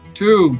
two